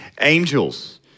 angels